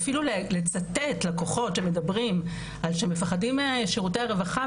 ואפילו לצטט לקוחות שמדברים על שהם מפחדים משירותי הרווחה,